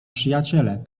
przyjaciele